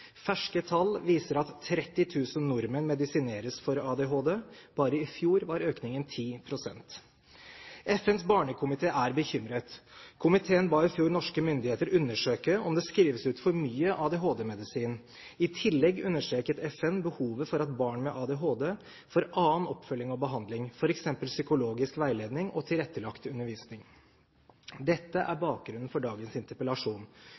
Ferske tall viser at 30 000 nordmenn medisineres for ADHD, bare i fjor var økningen 10 pst. FNs barnekomité er bekymret. Komiteen ba i fjor norske myndigheter undersøke om det skrives ut for mye ADHD-medisin. I tillegg understreket FN behovet for at barn med ADHD får annen oppfølging og behandling, f.eks. psykologisk veiledning og tilrettelagt undervisning. Dette er bakgrunnen for dagens interpellasjon.